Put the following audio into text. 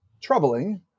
troubling